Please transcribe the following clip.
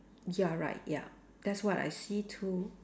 ya right ya that's what I see too